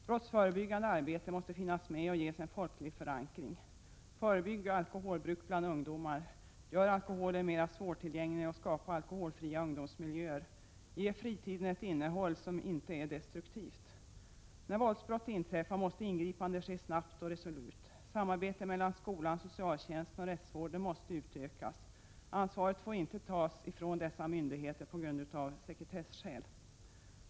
Brottsförebyggande arbete måste finnas med och ges en folklig förankring. Förebygg alkoholbruk bland ungdomarna. Gör alkoholen mer svårtillgänglig och skapa alkoholfria ungdomsmiljöer. Ge fritiden ett innehåll som inte är destruktivt. När våldsbrott inträffar måste ingripande ske snabbt och resolut. Samarbetet mellan skolan, socialtjänsten och rättsvården måste utökas. Ansvaret får av sekretesskäl inte tas från dessa myndigheter.